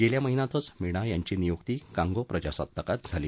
गेल्या महिन्यातच मीणा यांची नियुति कांगो प्रजासत्ताकात झाली